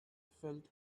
felt